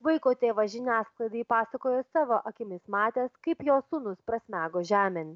vaiko tėvas žiniasklaidai pasakojo savo akimis matęs kaip jo sūnus prasmego žemėn